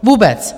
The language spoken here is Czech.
Vůbec.